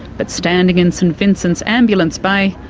but standing in st vincent's ambulance bay,